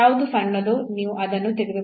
ಯಾವುದು ಸಣ್ಣದೋ ನೀವು ಅದನ್ನು ತೆಗೆದುಕೊಳ್ಳಬಹುದು